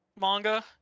manga